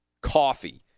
coffee